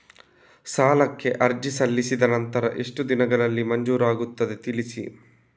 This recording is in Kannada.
ಸಾಲಕ್ಕೆ ಅರ್ಜಿ ಸಲ್ಲಿಸಿದ ನಂತರ ಎಷ್ಟು ದಿನಗಳಲ್ಲಿ ಮಂಜೂರಾಗುತ್ತದೆ ತಿಳಿಸಿ?